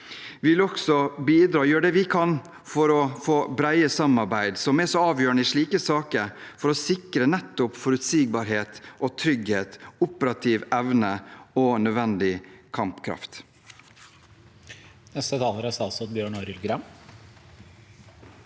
Vi vil bidra og gjøre det vi kan for å få brede samarbeid, som er avgjørende i slike saker, for å sikre nettopp forutsigbarhet, trygghet, operativ evne og nødvendig kampkraft.